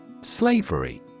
Slavery